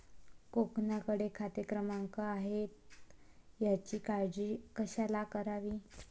कोणाकडे खाते क्रमांक आहेत याची काळजी कशाला करावी